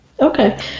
Okay